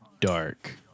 dark